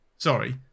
Sorry